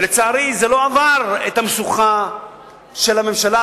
ולצערי זה לא עבר את המשוכה של הממשלה.